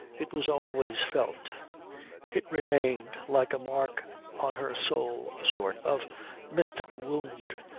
it was always felt it remained like a mark on her soul, a sort of mystic wound,